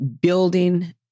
building